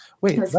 Wait